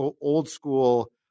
old-school